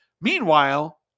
Meanwhile